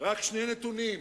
רק שני נתונים: